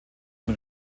und